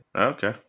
Okay